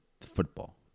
football